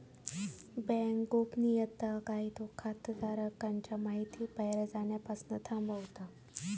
bank गोपनीयता कायदो खाताधारकांच्या महितीक बाहेर जाण्यापासना थांबवता